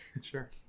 Sure